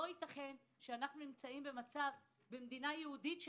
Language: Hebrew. לא ייתכן שאנחנו נמצאים במצב במדינה יהודית,